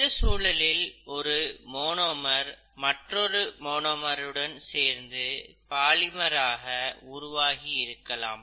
இந்த சூழலில் ஒரு மொனோமர் மற்றொரு மொனோமருடன் சேர்ந்து பாலிமர் உருவாகி இருக்கலாம்